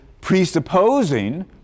presupposing